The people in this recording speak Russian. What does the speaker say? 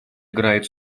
играет